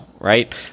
right